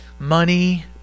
money